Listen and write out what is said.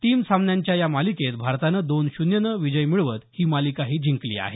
तीन सामन्यांच्या या मालिकेत भारतानं दोन श्र्न्यनं विजय मिळवत ही मालिका जिंकली आहे